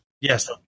Yes